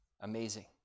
Amazing